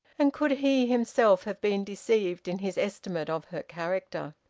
and could he himself have been deceived in his estimate of her character?